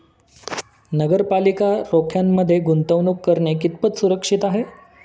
नगरपालिका रोख्यांमध्ये गुंतवणूक करणे कितपत सुरक्षित आहे?